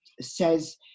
says